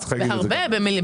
בהרבה.